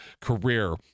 career